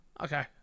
okay